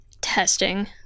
testing